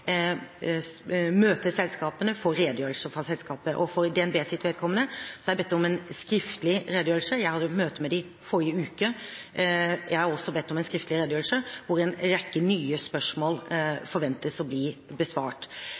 møte selskapene, få redegjørelser fra selskapene. For DNBs vedkommende har jeg bedt om en skriftlig redegjørelse, jeg hadde møte med dem forrige uke. Jeg har også bedt om en skriftlig redegjørelse hvor en rekke nye spørsmål forventes å bli besvart.